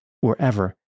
wherever